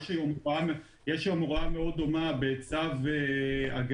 יש היום הוראה מאוד דומה בצו הגז,